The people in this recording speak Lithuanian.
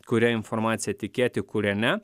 kuria informacija tikėti kuria ne